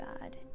god